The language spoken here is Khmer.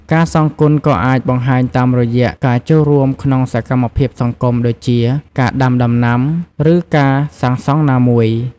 ការសងគុណក៏អាចបង្ហាញតាមរយៈ ការចូលរួមក្នុងសកម្មភាពសង្គមដូចជា ការដាំដំណាំ ឬការសាងសង់ណាមួយ។